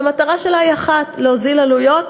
שהמטרה שלה היא אחת: להוזיל עלויות,